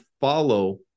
follow